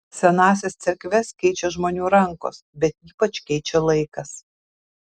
senąsias cerkves keičia žmonių rankos bet ypač keičia laikas